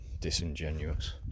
disingenuous